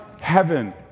heaven